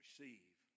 Receive